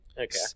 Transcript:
okay